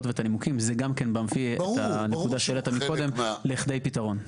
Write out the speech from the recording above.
ואת הנימוקים זה גם מביא את הנקודה שהעלית קודם לכדי פתרון.